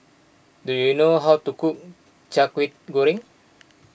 do you know how to cook Kway Goreng